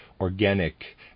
organic